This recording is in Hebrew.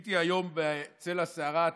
גיליתי היום, בצל הסערה התקשורתית,